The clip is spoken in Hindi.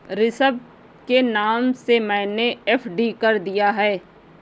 ऋषभ के नाम से मैने एफ.डी कर दिया है